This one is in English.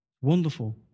Wonderful